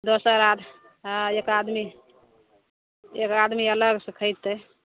दोसर आद हँ एक आदमी एक आदमी अलग से खयतै